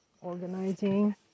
organizing